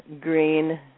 green